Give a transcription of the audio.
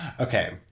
Okay